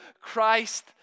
Christ